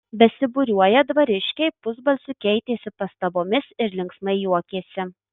besibūriuoją dvariškiai pusbalsiu keitėsi pastabomis ir linksmai juokėsi